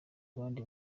abandi